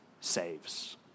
saves